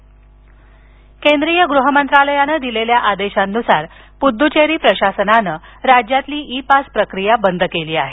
E pass केंद्रीय गृहमंत्रालयानं दिलेल्या आदेशांनुसार पुद्दुचेरी प्रशासनानं राज्यातील ई पास प्रक्रिया बंद केली आहे